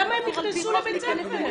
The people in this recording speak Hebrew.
למה הם נכנסו לבית ספר?